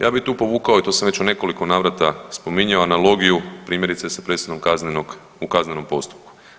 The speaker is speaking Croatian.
Ja bi tu povukao i tu sam već u nekoliko navrata spominjao analogiju primjerice sa presudom kaznenog, u kaznenom postupku.